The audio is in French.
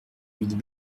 dit